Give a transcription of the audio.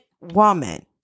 woman